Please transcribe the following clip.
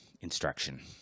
instruction